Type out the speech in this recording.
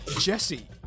Jesse